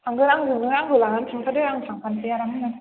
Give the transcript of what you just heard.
थांगोन आं नों आंखौ लानानै थांफादो आं थांफानोसै आरामनो